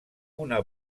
una